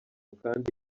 kandi